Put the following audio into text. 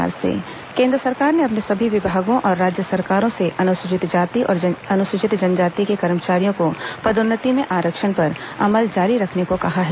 केंद्र अनुसूचित जाति जनजाति केन्द्र सरकार ने अपने सभी विभागों और राज्य सरकारों से अनुसूचित जाति और अनुसूचित जनजाति के कर्मचारियों को पदोन्नति में आरक्षण पर अमल जारी रखने को कहा है